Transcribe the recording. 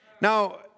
Now